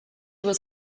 was